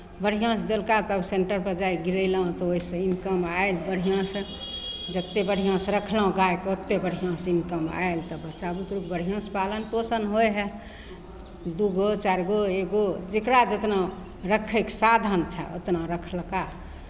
बढ़िआँसँ देलका तब सेंटरपर जायके गिरयलहुँ तऽ ओहिसँ इनकम आयल बढ़िआँसँ जतेक बढ़िआँसँ रखलहुँ गायके ओतेक बढ़िआँसँ इनकम आयल तऽ बच्चा बुतरूके बढ़िआँसँ पालन पोसन होइत हइ दू गो चारि गो एक गो जकरा जतना रखयके साधन छै उतना रखलका